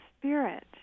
spirit